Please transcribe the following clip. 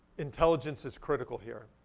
intelligence is critical here.